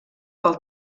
pel